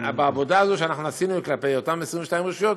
שהעבודה הזאת שעשינו כלפי אותן 22 רשויות,